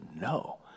no